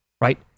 right